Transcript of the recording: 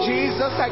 Jesus